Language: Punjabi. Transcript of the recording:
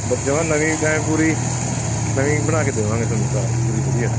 ਬਾ ਜਮਾਂ ਨਵੀਂ ਐਨ ਪੂਰੀ ਨਵੀਂ ਬਣਾ ਕੇ ਦੇਵਾਂਗੇ ਤੁਹਾਨੂੰ ਕਾਰ ਪੂਰੀ ਵਧੀਆ